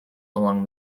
along